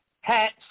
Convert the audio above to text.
hats